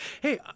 Hey